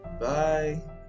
Bye